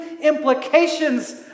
implications